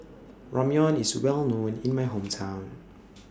Ramyeon IS Well known in My Hometown